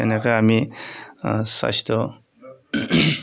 এনেকৈ আমি স্ৱাস্থ্য